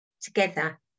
together